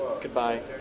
Goodbye